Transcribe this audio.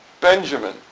Benjamin